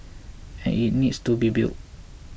and it needs to be built